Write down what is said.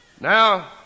Now